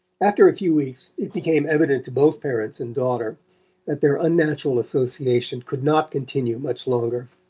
after a few weeks it became evident to both parents and daughter that their unnatural association could not continue much longer.